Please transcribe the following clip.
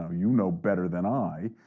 ah you know better than i,